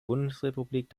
bundesrepublik